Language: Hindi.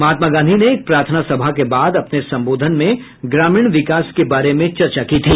महात्मा गांधी ने एक प्रार्थना सभा के बाद अपने संबोधन में ग्रामीण विकास के बारे में चर्चा की थी